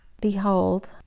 Behold